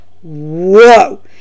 Whoa